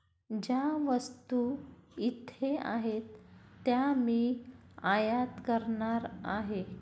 ज्या वस्तू इथे आहेत त्या मी आयात करणार आहे